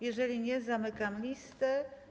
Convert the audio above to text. Jeżeli nie, zamykam listę.